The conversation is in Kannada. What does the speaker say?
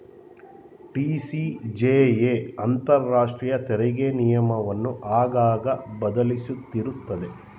ಟಿ.ಸಿ.ಜೆ.ಎ ಅಂತರಾಷ್ಟ್ರೀಯ ತೆರಿಗೆ ನಿಯಮವನ್ನು ಆಗಾಗ ಬದಲಿಸುತ್ತಿರುತ್ತದೆ